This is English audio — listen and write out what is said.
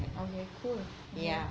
okay cool